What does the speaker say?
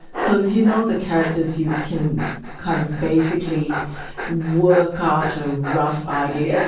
so you know the characters you can kind of basically work out a rough idea.